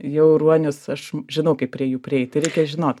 jau ruonius aš žinau kaip prie jų prieiti žinot